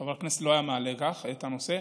חבר הכנסת לא היה מעלה את הנושא.